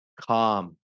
calm